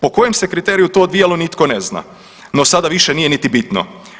Po kojem se kriteriju to odvijalo, nitko ne zna, no sada više nije niti bitno.